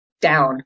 down